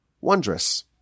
wondrous